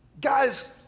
guys